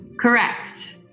correct